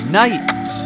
night